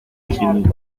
ingeniera